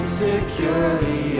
securely